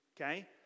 okay